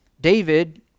David